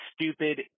stupid